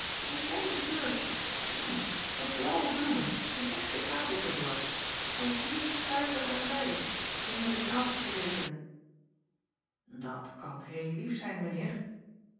een zijden beursje groen met blaauwe bloemen en echte kraaltjes er door voor vier stuivers aan zij zonder de kraaltjes te rekenen at kan heel lief zijn